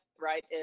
right